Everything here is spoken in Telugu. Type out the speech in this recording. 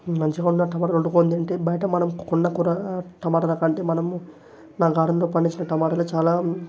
మంచిగున్న టొమాటోలు వండుకుని తింటే బయట మనం కొన్న కూడా టొమాటోలుకంటే మనము నా గార్డెన్లో పండించిన టొమాటోలు చాలా